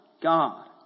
God